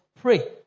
Pray